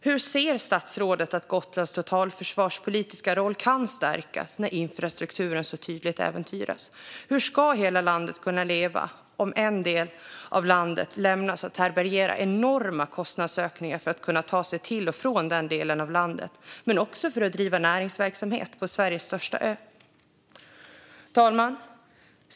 Hur anser statsrådet att Gotlands totalförsvarspolitiska roll kan stärkas när infrastrukturen så tydligt äventyras? Hur ska hela landet kunna leva om en del av landet lämnas att härbärgera enorma kostnadsökningar för att kunna ta sig till och från den delen av landet och även för att driva näringsverksamhet på Sveriges största ö? Fru talman!